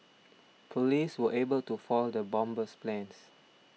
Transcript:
police were able to foil the bomber's plans